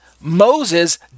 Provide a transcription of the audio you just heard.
Moses